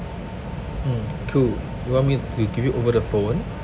mm cool you want me to do it over the phone